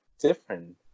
different